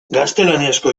gaztelaniazko